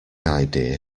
idea